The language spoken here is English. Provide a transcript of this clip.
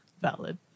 Valid